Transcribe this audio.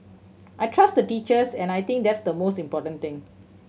I trust the teachers and I think that's the most important thing